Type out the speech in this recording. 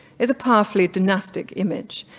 is a powerful dynastic image.